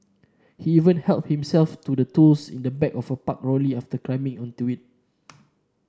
he even helped himself to the tools in the back of a parked lorry after climbing onto it